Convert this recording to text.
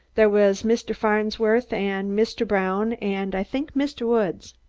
there was mr. farnsworth and mr. brown and i think mr. woods.